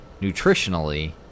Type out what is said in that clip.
nutritionally